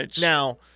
Now